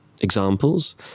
Examples